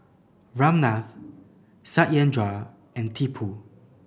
Ramnath Satyendra and Tipu